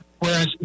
Whereas